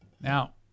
Now